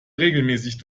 regelmäßig